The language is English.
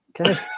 Okay